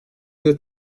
ileri